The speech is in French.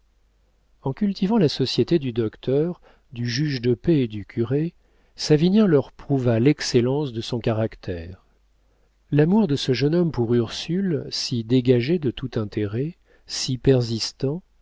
en cultivant la société du docteur du juge de paix et du curé savinien leur prouva l'excellence de son caractère l'amour de ce jeune homme pour ursule si dégagé de tout intérêt si persistant